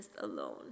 alone